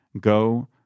go